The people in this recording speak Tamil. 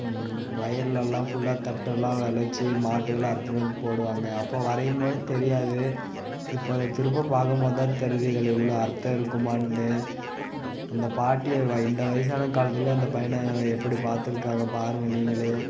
வயலெலலாம் ஃபுல்லாக தட்டெல்லாம் விளைச்சி மாட்டெக்குலாம் அறுத்துவிட்டு வந்து போடுவாங்க அப்போ வரையும் போது தெரியாது இப்போ அதை திரும்ப பார்க்கும் போது தான் தெரியுது இதில் எவ்வளோ அர்த்தம் இருக்குமான்னு அந்த பாட்டியை இந்த வயதான காலத்துலேயும் அந்த பையனை எப்படி பார்த்துக்கிட்டாங்க பாருங்க நீங்களே